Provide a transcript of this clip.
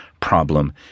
problem